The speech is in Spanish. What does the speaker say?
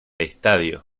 estadio